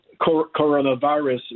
coronavirus